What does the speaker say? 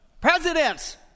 Presidents